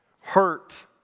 Hurt